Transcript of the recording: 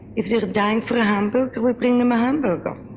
if they are dying for a hamburger we bring them a hamburger.